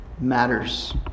matters